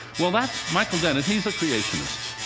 well, that's michael denton. he's a creationist.